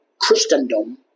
Christendom